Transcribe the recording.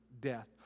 death